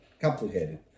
complicated